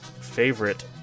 favorite